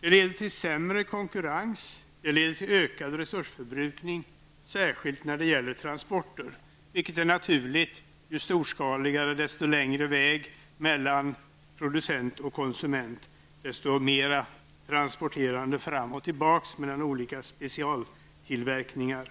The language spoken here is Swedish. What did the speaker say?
Det leder till sämre konkurrens, det leder till ökad resursförbrukning, särskilt när det gäller transporter, vilket är naturligt. Ju storskaligare, desto längre väg mellan producent och konsument, desto mera transporterande fram och tillbaka mellan olika specialtillverkningar.